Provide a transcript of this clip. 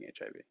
HIV